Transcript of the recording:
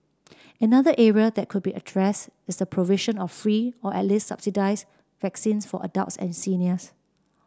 another area that could be addressed is the provision of free or at least subsidised vaccines for adults and seniors